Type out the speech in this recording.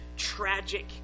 tragic